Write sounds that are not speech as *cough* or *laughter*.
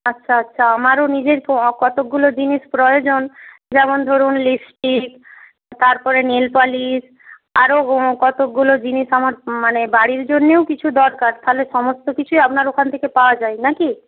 আচ্ছা আচ্ছা আমারও নিজের কতকগুলো জিনিস প্রয়োজন যেমন ধরুন লিপস্টিক তারপরে নেল পালিশ আরও *unintelligible* কতকগুলো জিনিস আমার মানে বাড়ির জন্যেও কিছু দরকার তাহলে সমস্ত কিছুই আপনার ওখান থেকে পাওয়া যায় না কি